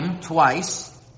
twice